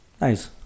Nice